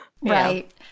Right